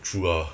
true ah